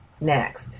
Next